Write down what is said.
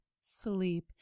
sleep